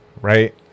right